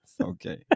okay